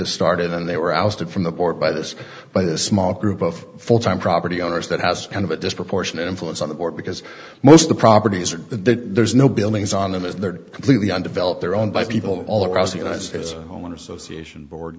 this started and they were ousted from the board by this by this small group of full time property owners that has kind of a disproportionate influence on the board because most of the properties are there's no buildings on them and they're completely undeveloped their own by people all across the united states homeowners association board